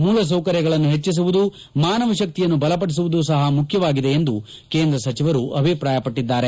ಮೂಲಸೌಕರ್ಯಗಳನ್ನು ಹೆಚ್ಚಿಸುವುದು ಮಾನವ ಶಕ್ತಿಯನ್ನು ಬಲಪಡಿಸುವುದು ಸಹ ಮುಖ್ಯವಾಗಿದೆ ಎಂದು ಕೇಂದ್ರ ಸಚಿವರು ಅಭಿಪ್ರಾಯಪಟ್ಟಿದ್ದಾರೆ